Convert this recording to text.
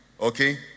Okay